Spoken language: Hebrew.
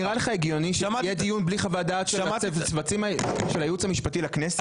נראה לך שיהיה דיון בלי חוות דעת של היועץ המשפטי לכנסת?